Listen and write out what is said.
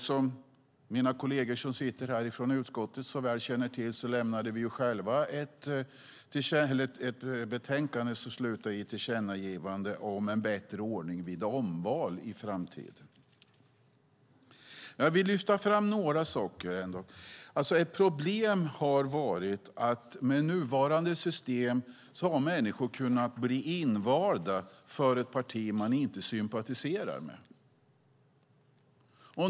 Som mina kolleger som sitter här från utskottet så väl känner till lämnade vi själva ett betänkande som slutade i ett tillkännagivande om en bättre ordning vid omval i framtiden. Ett problem med nuvarande system är att man har kunnat bli invald för ett parti som man inte sympatiserar med.